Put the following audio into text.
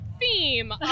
theme